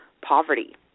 poverty